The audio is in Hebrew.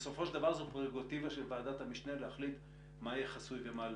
בסופו של דבר זאת פררוגטיבה של ועדת המשנה להחליט מה יהיה חסוי ומה לא.